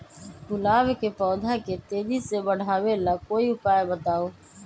गुलाब के पौधा के तेजी से बढ़ावे ला कोई उपाये बताउ?